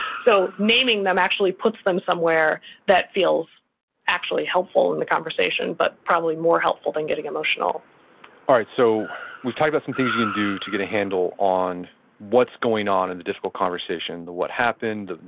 so naming them actually puts them somewhere that feels actually helpful in the conversation, but probably more helpful than getting emotional all right. so we've talked about some things you can do to get a handle on what's going on in the difficult conversation, the what happened,